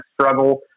struggle